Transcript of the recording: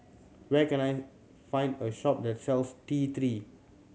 where can I find a shop that sells T Three